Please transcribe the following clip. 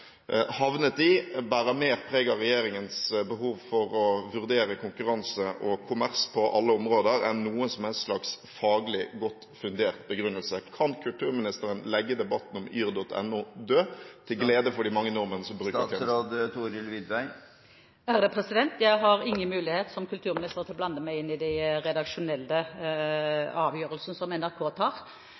havnet i, bærer mer preg av regjeringens behov for å vurdere konkurranse og kommersialitet på alle områder enn noen som helst slags faglig godt fundert begrunnelse. Kan kulturministeren legge debatten om yr.no død, til glede for de mange nordmennene som bruker tjenesten? Jeg har ingen mulighet som kulturminister til å blande meg inn i de redaksjonelle avgjørelsene som NRK tar.